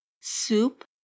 soup